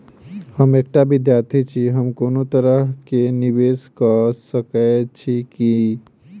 हम एकटा विधार्थी छी, हम कोनो तरह कऽ निवेश कऽ सकय छी की?